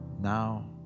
now